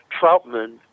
Troutman